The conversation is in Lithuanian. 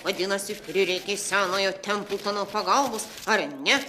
vadinasi prireikė senojo templtono pagalbos ar ne